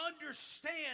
understand